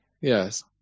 Yes